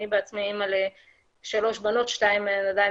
אני בעצמי אמא לשלוש בנות ששתיים מהן עדיין